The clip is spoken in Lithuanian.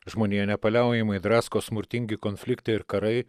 žmoniją nepaliaujamai drasko smurtingi konfliktai ir karai